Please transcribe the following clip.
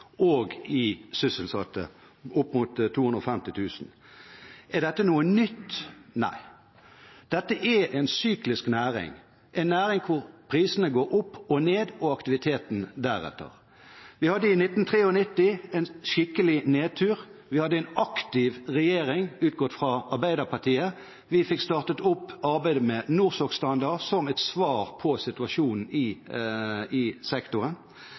og sysselsatte – opp mot 250 000. Er dette noe nytt? Nei. Dette er en syklisk næring, en næring hvor prisene går opp og ned, og aktiviteten deretter. Vi hadde en skikkelig nedtur i 1993. Vi hadde en aktiv regjering, utgått fra Arbeiderpartiet. Vi fikk startet opp arbeidet med NORSOK-standard, som et svar på situasjonen i sektoren. Vi hadde en ny nedtur i